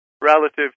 relative